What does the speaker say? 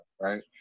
right